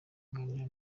nganira